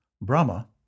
Brahma